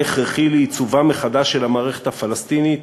הכרחי לייצובה מחדש של המערכת הפלסטינית,